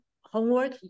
homework